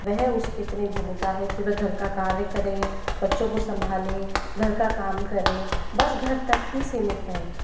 वह उसकी इतनी भूमिका है की वे घर का कार्य करें बच्चों को संभाले घर का काम करें बस घर तक ही सीमित रहे